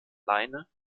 leine